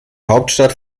hauptstadt